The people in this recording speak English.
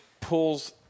pulls